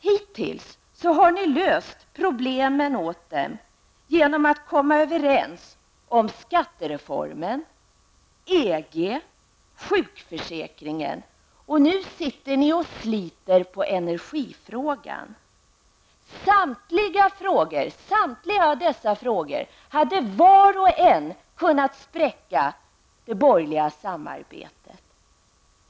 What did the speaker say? Hittills har ni löst problemen åt dem genom att komma överens om skattereformen, EG, sjukförsäkringen -- och nu sitter ni och sliter med energifrågan. Samtliga dessa frågor hade var för sig kunnat spräcka det borgerliga samarbetet.